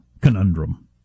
conundrum